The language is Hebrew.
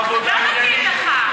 לא מתאים לך.